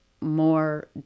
more